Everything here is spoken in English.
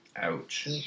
Ouch